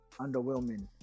underwhelming